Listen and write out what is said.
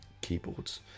keyboards